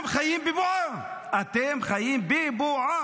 אתם חיים בבועה.